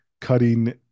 cutting